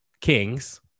kings